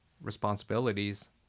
responsibilities